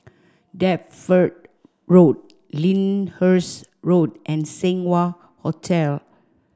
Deptford Road Lyndhurst Road and Seng Wah Hotel